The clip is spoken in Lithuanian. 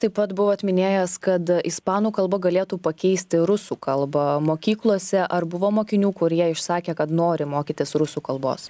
taip pat buvo minėjęs kad ispanų kalba galėtų pakeisti rusų kalbą mokyklose ar buvo mokinių kurie išsakė kad nori mokytis rusų kalbos